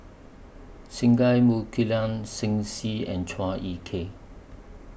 Singai Mukilan Shen Xi and Chua Ek Kay